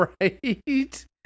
right